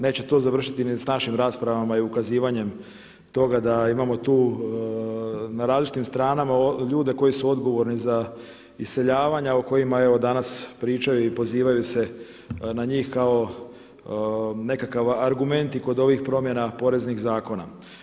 Neće to završiti ni s našim raspravama i ukazivanjem toga da imamo tu na različitim stranama ljude koji su odgovorni za iseljavanja o kojima evo danas pričaju i pozivaju se na njih kao nekakav argument i kod ovih promjena poreznih zakona.